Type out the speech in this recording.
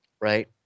right